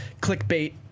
clickbait